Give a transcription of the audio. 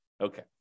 Okay